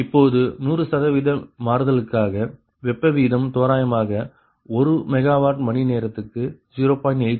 இப்பொழுது 100 சதவிகித மாறுதலுக்காக வெப்ப வீதம் தோராயமாக ஒரு மெகாவாட் மணிநேரத்துக்கு 0